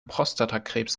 prostatakrebs